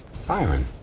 siren.